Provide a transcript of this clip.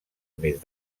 més